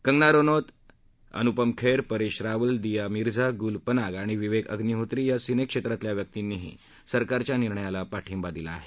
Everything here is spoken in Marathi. कंगना रनौत अनुपम खेर परेश रावल दिया मिर्झा गुल पनाग आणि विवेक अभ्निहोत्री या सिनेक्षेत्रातल्या व्यक्तींनीही सरकारच्या निर्णयाला पाठिंबा दिला आहे